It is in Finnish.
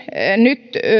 nyt